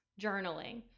journaling